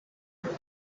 بود